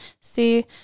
See